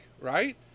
right